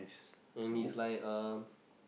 and he's like uh